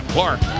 Clark